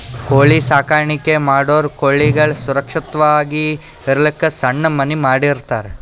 ಕೋಳಿ ಸಾಕಾಣಿಕೆ ಮಾಡೋರ್ ಕೋಳಿಗಳ್ ಸುರಕ್ಷತ್ವಾಗಿ ಇರಲಕ್ಕ್ ಸಣ್ಣ್ ಮನಿ ಮಾಡಿರ್ತರ್